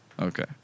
Okay